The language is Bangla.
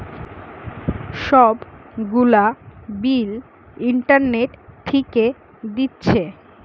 সব গুলা বিল ইন্টারনেট থিকে দিচ্ছে